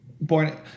Born